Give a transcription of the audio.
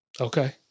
okay